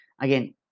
again